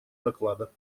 доклада